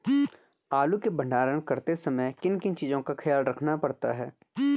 आलू के भंडारण करते समय किन किन चीज़ों का ख्याल रखना पड़ता है?